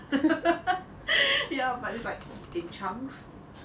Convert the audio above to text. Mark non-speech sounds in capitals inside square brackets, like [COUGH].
[LAUGHS] ya but it's like in chunks